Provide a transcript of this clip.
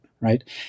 right